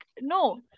no